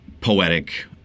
poetic